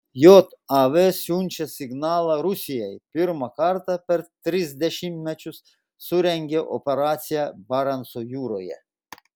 jav siunčia signalą rusijai pirmą kartą per tris dešimtmečius surengė operaciją barenco jūroje